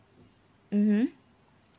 mmhmm